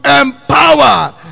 empower